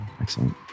excellent